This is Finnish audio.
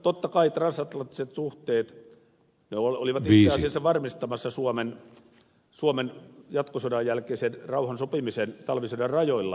totta kai transatlanttiset suhteet olivat itse asiassa varmistamassa suomen jatkosodan jälkeisen rauhan sopimisen talvisodan rajoilla